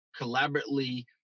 collaboratively